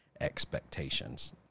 expectations